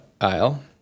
aisle